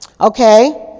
Okay